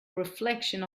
reflection